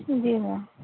جی میم